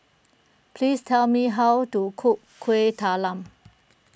please tell me how to cook Kuih Talam